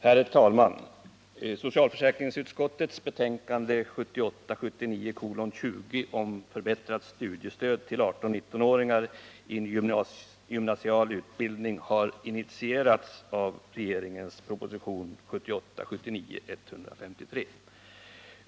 Herr talman! Socialförsäkringsutskottets betänkande 1978 79:153.